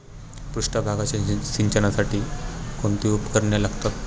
पृष्ठभागाच्या सिंचनासाठी कोणती उपकरणे लागतात?